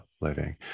living